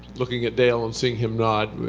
looking at dale and seeing him nod,